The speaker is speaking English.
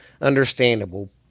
understandable